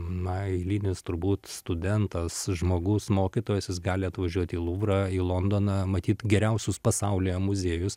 na eilinis turbūt studentas žmogus mokytojas gali atvažiuot į luvrą į londoną matyt geriausius pasaulyje muziejus